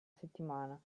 settimana